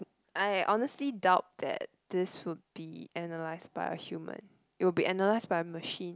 I honestly doubt that this would be analyzed by a human it will be analyzed by a machine